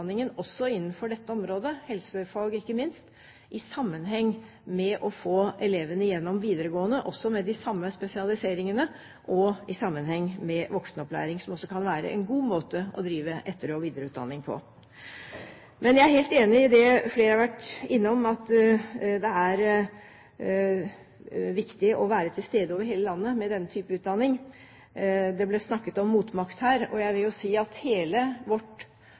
også innenfor dette området – helsefag, ikke minst – i sammenheng med å få elevene gjennom videregående, også med de samme spesialiseringene, og i sammenheng med voksenopplæring, som også kan være en god måte å drive etter- og videreutdanning på. Jeg er helt enig i det flere har vært innom, at det er viktig å være til stede over hele landet med denne type utdanning. Det ble snakket om motmakt her, og jeg vil jo si at hele vårt